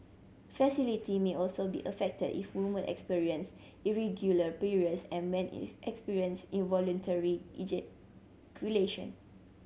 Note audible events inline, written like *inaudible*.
*unintelligible* may also be affected if woman experience irregular periods and men is experience involuntary ejaculation